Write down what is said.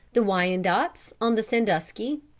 the wyandotts on the sandusky,